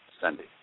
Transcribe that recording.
Sunday